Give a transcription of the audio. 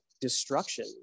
destruction